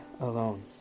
alone